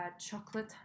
chocolate